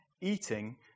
eating